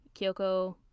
Kyoko